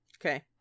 Okay